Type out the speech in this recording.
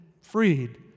freed